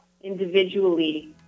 individually